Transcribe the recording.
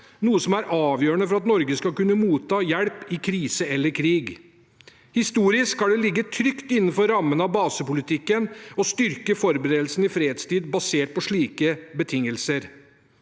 noe som er avgjørende for at Norge skal kunne motta hjelp i krise eller krig. Historisk har det ligget trygt innenfor rammen av basepolitikken å styrke forberedelsene i fredstid basert på slike betingelser.